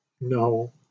No